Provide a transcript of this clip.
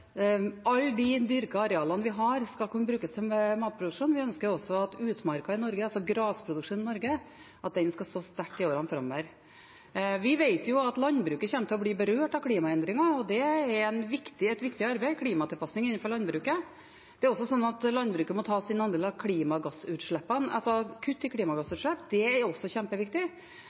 alle de dyrkede arealene vi har, skal kunne brukes til matproduksjon. Vi ønsker også at utmarka i Norge, altså grasproduksjonen i Norge, skal stå sterkt i årene framover. Vi vet at landbruket kommer til å bli berørt av klimaendringene, og klimatilpasning innenfor landbruket er et viktig arbeid. Det er også slik at landbruket må ta sin andel av klimagassutslippene. Kutt i klimagassutslipp er også kjempeviktig.